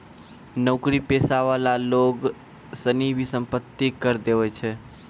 नौकरी पेशा वाला लोग सनी भी सम्पत्ति कर देवै छै